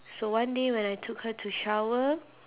so one day when I took her to shower